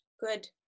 Good